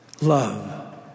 Love